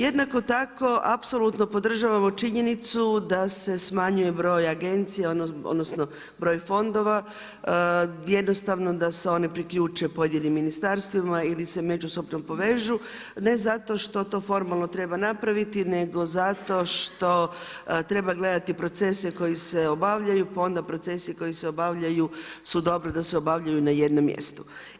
Jednako tako, apsolutno podržavamo činjenicu da se smanjuje broj agencija, odnosno broj fondova, jednostavno da se oni priključe pojedinim ministarstvima ili se međusobno povežu, ne zato što to formalno treba napraviti nego zato što treba gledati procese koji se obavljaju pa onda procese koji se obavljaju su dobro sa se obavljaju na jednom mjestu.